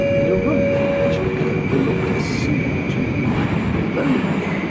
in a room from which i could overlook the sea at a mile below me,